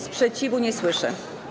Sprzeciwu nie słyszę.